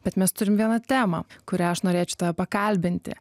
bet mes turim vieną temą kurią aš norėčiau pakalbinti